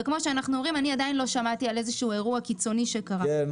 ואני עדיין לא שמעתי על איזשהו אירוע קיצוני שקרה.